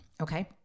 Okay